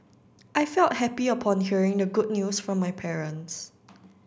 I felt happy upon hearing the good news from my parents